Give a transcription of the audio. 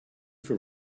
for